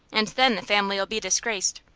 and then the family'll be disgraced.